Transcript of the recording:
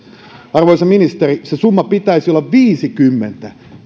arvoisa ministeri sen summan pitäisi olla viisikymmentä